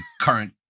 current